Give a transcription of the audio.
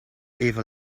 even